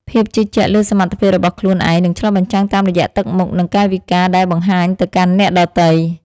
ភាពជឿជាក់លើសមត្ថភាពរបស់ខ្លួនឯងនឹងឆ្លុះបញ្ចាំងតាមរយៈទឹកមុខ និង កាយវិការដែលបង្ហាញទៅកាន់អ្នកដទៃ។